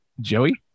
Joey